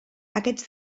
aquests